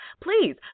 Please